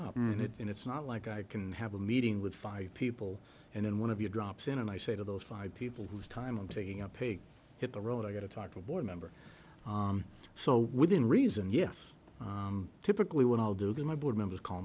up and it's not like i can have a meeting with five people and then one of you drops in and i say to those five people whose time i'm taking up a hit the road i got to talk with board member so within reason yes typically what i'll do my board members call